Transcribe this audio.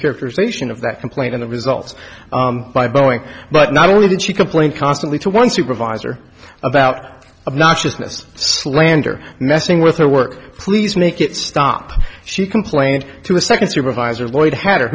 characterization of that complaint in the results by boeing but not only that she complained constantly to one supervisor about noxious slander messing with her work please make it stop she complained to a second supervisor lloyd hat